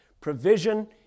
provision